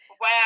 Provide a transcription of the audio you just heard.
wow